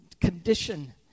condition